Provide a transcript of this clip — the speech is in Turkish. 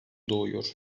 doğuyor